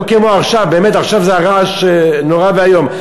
לא כמו עכשיו, באמת, עכשיו זה רעש נורא ואיום.